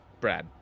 Brad